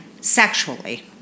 sexually